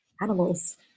Animals